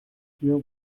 hier